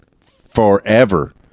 forever